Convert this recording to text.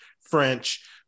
French